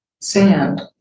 sand